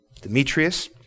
Demetrius